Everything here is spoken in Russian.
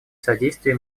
содействии